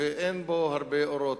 אין בו הרבה אורות,